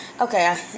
okay